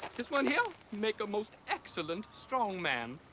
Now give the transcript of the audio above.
this one here make a most excellent strong man.